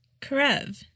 Karev